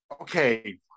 Okay